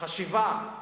החשיבה,